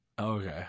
Okay